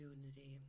Unity